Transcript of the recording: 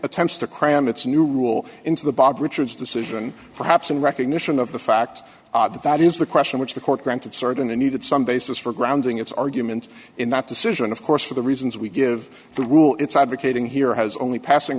s to cram its new rule into the bob richards decision perhaps in recognition of the fact that that is the question which the court granted certainly needed some basis for grounding its argument in that decision of course for the reasons we give the rule it's advocating here has only passing